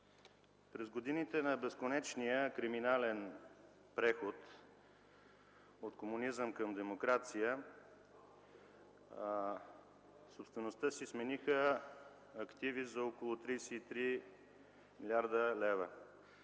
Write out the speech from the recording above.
През годините на безконечния криминален преход от комунизъм към демокрация собствеността си смениха активи за около 33 млрд. лв.,